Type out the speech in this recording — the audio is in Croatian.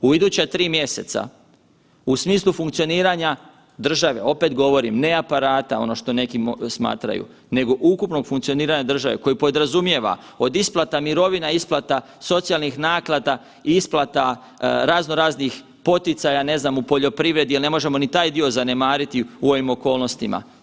U iduća 3 mjeseca u smislu funkcioniranja države, opet govorim, ne aparata ono što neki smatraju, nego ukupnog funkcioniranja države koji podrazumijeva od isplata mirovina, isplata socijalnih naknada i isplata razno raznih poticaja, ne znam u poljoprivredi jel ne možemo ni taj dio zanemariti u ovim okolnostima.